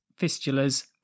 fistulas